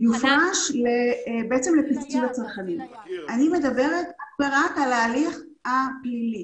אני מדברת אך ורק על ההליך הפלילי.